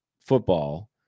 football